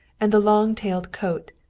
and the long-tailed coat,